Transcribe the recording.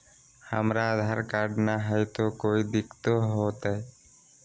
हमरा आधार कार्ड न हय, तो कोइ दिकतो हो तय?